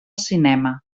cinema